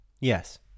Yes